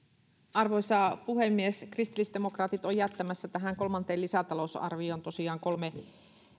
arvoisa puhemies kristillisdemokraatit ovat jättämässä tähän kolmanteen lisätalousarvioon tosiaan kolme